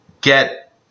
get